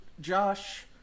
Josh